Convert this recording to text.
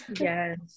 yes